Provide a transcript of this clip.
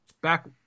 back